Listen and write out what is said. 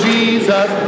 Jesus